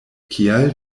kial